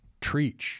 treach